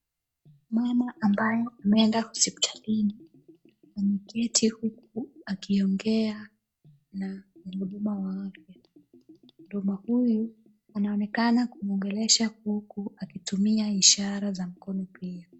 Mama ambaye ameenda hospitalini, ameketi huku akiongea na mhuduma wa afya. Mhuduma huyu anaonekana kumwongelesha huku akitumia ishara za mkono pia.